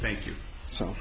thank you so